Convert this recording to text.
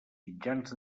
mitjans